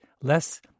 less